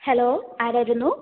hello ആരായിരുന്നു